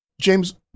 James